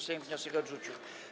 Sejm wniosek odrzucił.